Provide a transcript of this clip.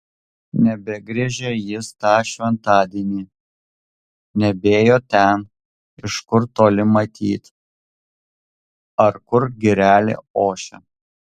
nebegriežė jis tą šventadienį nebėjo ten iš kur toli matyt ar kur girelė ošia